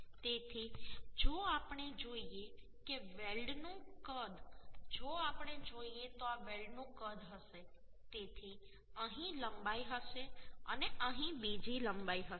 તેથી જો આપણે જોઈએ કે વેલ્ડનું કદ જો આપણે જોઈએ તો આ વેલ્ડનું કદ હશે તેથી અહીં લંબાઈ હશે અને અહીં બીજી લંબાઈ હશે